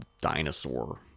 dinosaur